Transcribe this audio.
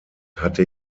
hatte